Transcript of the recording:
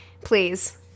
please